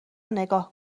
نگاه